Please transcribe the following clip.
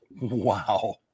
Wow